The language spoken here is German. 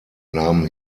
nahm